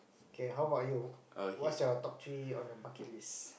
K how about you what's your top three on the bucket list